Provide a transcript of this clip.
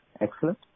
Excellent